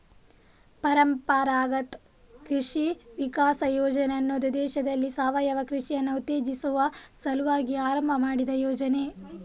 ಪರಂಪರಾಗತ್ ಕೃಷಿ ವಿಕಾಸ ಯೋಜನೆ ಅನ್ನುದು ದೇಶದಲ್ಲಿ ಸಾವಯವ ಕೃಷಿಯನ್ನ ಉತ್ತೇಜಿಸುವ ಸಲುವಾಗಿ ಆರಂಭ ಮಾಡಿದ ಯೋಜನೆ